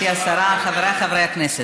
קראת אותי לסדר פעם ראשונה.